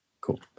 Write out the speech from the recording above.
Cool